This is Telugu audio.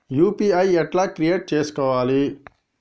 యూ.పీ.ఐ ఎట్లా క్రియేట్ చేసుకోవాలి?